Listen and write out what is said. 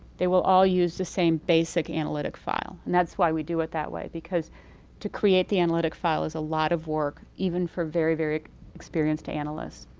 they will all use the same basic analytic file and that's why we do it that way because to create the analytic file is a lot of work even for a very, very experienced analyst.